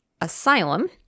asylum